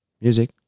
Music